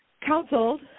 counseled